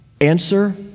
Answer